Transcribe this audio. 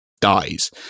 dies